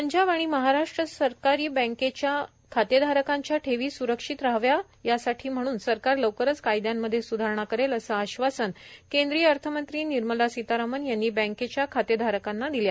पंजाब आणि महाराष्ट्र सहकारी बँकेच्या खातेधारकाच्या ठेवी सुरक्षित राहाव्या म्हणून सरकार लवकरच कायदयांमध्ये सुधारणा करेल असं आष्वासन केंद्रीय अर्थमंत्री निर्मला सीतारामन यांनी बँकेच्या खातेधारकांना दिल्या